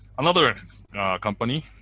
another company